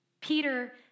Peter